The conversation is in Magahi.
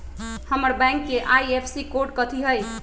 हमर बैंक के आई.एफ.एस.सी कोड कथि हई?